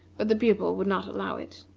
but the pupil would not allow it.